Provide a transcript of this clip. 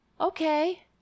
okay